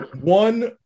One